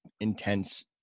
intense